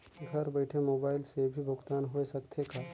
घर बइठे मोबाईल से भी भुगतान होय सकथे का?